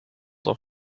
door